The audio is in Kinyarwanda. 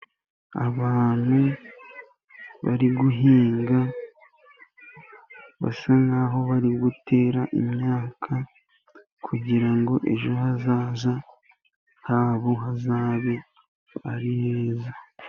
Abantu bari guhinga basa nk'aho bari gutera imyaka, kugira ngo ejo hazaza habo hazabe ari heza.